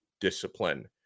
discipline